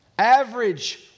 average